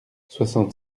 soixante